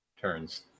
turns